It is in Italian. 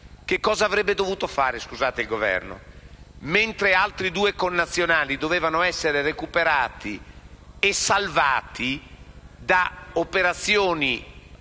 cosa avrebbe dovuto fare il Governo? Mentre altri due connazionali dovevano essere recuperati e salvati, da operazioni